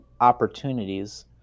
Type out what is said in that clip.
opportunities